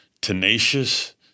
tenacious